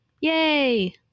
Yay